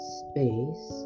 space